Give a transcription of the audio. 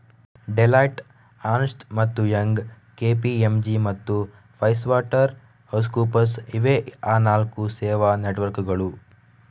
Deloitte, Ernst ಮತ್ತು Young, KPMG ಮತ್ತು PricewaterhouseCoopers ಇವೇ ಆ ನಾಲ್ಕು ಸೇವಾ ನೆಟ್ವರ್ಕ್ಕುಗಳು